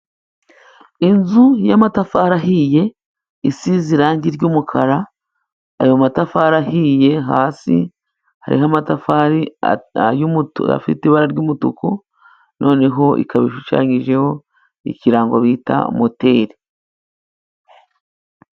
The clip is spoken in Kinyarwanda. Inzu y’amatafari ahiye，isize irangi ry’umukara， ayo matafari ahiye hasi hariho amatafari afite ibara ry'umutuku noneho ikaba ishushanyijeho， ikirango bita moteri.